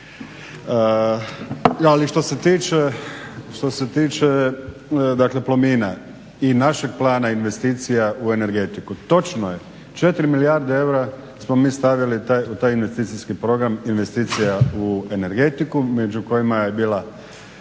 Ali što se tiče Plomina i našeg plana investicija u energetiku. Točno je, 4 milijarde eura smo mi stavili u taj investicijski program investicija u energetiku među kojima je bila